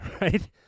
right